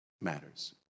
matters